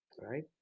right